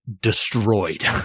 destroyed